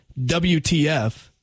WTF